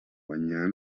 guanyà